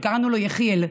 שקראנו לו יחיאל.